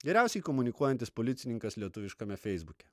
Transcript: geriausiai komunikuojantis policininkas lietuviškame feisbuke